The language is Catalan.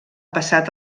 passat